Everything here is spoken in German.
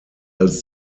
als